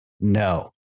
no